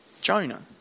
Jonah